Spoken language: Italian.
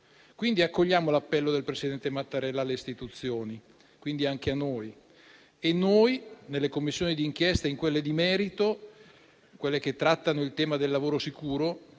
lavoro. Accogliamo l'appello del presidente Mattarella alle istituzioni (quindi anche a noi). Nelle Commissioni d'inchiesta e in quelle di merito che trattano il tema del lavoro sicuro